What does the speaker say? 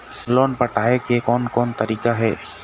Loan पटाए के कोन कोन तरीका हे?